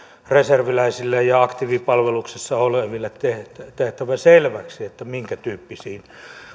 reserviläisille ja aktiivipalveluksessa oleville on tehtävä selväksi minkätyyppisiin